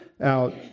out